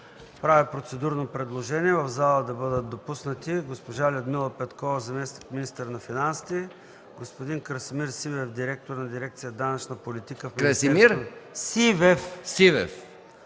правя процедурно предложение в залата да бъдат допуснати госпожа Людмила Петкова – заместник-министър на финансите, господин Красимир Сивев – директор на дирекция „Данъчна политика” в Министерството на финансите,